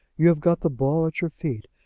you have got the ball at your feet,